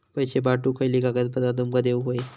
पैशे पाठवुक खयली कागदपत्रा तुमका देऊक व्हयी?